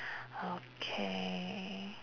okay